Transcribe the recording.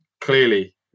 clearly